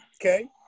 okay